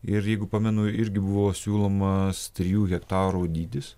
ir jeigu pamenu irgi buvo siūlomas trijų hektarų dydis